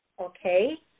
okay